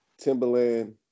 Timberland